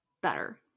better